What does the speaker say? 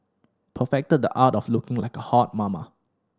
perfected the art of looking like a hot mama